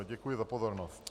Děkuji za pozornost.